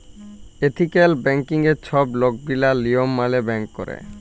ethical ব্যাংকিংয়ে ছব লকগিলা লিয়ম মালে ব্যাংক ক্যরে